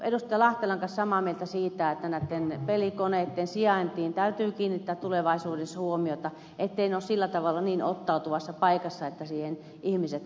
lahtelan kanssa samaa mieltä siitä että näitten pelikoneitten sijaintiin täytyy kiinnittää tulevaisuudessa huomiota etteivät ne ole sillä tavalla niin ottautuvassa paikassa että niihin ihmiset jäävät kiinni